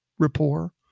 rapport